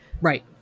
Right